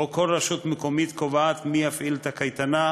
שבו כל רשות מקומית קובעת מי יפעיל את הקייטנה,